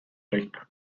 take